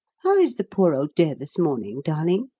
how is the poor old dear this morning, darling?